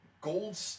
gold